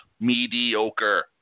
Mediocre